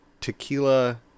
tequila-